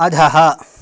अधः